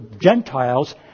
Gentiles